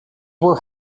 were